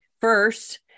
First